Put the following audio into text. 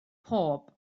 pob